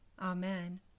Amen